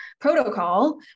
protocol